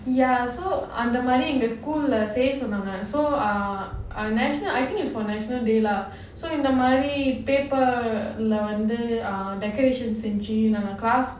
ya so அந்த மாதிரி எங்க:andha maathiri enga the school செய்ய சொன்னாங்க:seiya sonnaanga so ah our national I think it's for national day lah so இந்த மாதிரி:indha maathiri paper lah வந்து:vandhu decorations செஞ்சு:senju